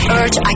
urge